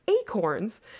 acorns